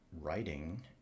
writing